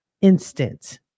instant